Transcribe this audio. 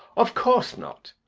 of course not!